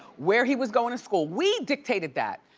where he was going to school, we dictated that.